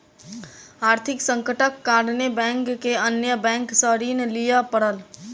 आर्थिक संकटक कारणेँ बैंक के अन्य बैंक सॅ ऋण लिअ पड़ल